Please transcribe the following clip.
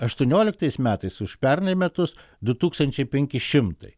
aštuonioliktais metais už pernai metus du tūkstančiai penki šimtai